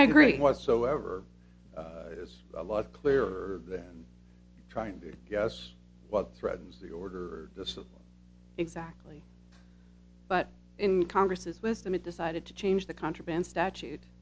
i agree whatsoever is a lot clearer than trying to guess what threatens the order the civil exactly but in congress's wisdom it decided to change the contraband statute